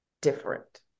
different